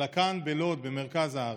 אלא כאן בלוד, במרכז הארץ.